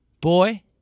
Boy